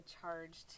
charged